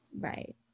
Right